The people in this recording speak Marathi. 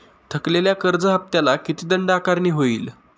थकलेल्या कर्ज हफ्त्याला किती दंड आकारणी होईल?